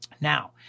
Now